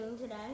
today